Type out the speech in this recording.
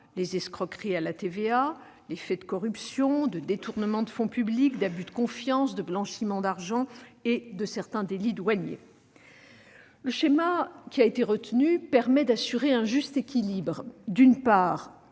les escroqueries à la TVA, les faits de corruption, de détournement de fonds publics, d'abus de confiance, de blanchiment d'argent, ainsi que certains délits douaniers. Le schéma retenu permet d'assurer un juste équilibre entre, d'une part,